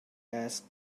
asked